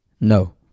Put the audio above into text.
No